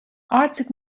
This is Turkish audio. artık